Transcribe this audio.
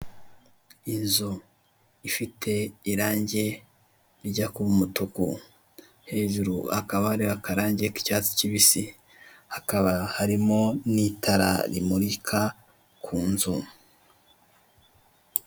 Inzu ifite irange rijya kuba umutuku, hejuru hakaba hariho akarange k'icyatsi kibisi, hakaba hariho n'itara rimurika ku nzu.